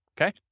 Okay